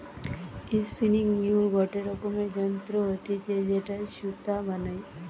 spinning mule গটে রকমের যন্ত্র হতিছে যেটায় সুতা বানায়